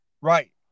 Right